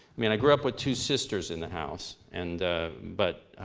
i mean, i grew up with two sisters in the house. and but